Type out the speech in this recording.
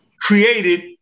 created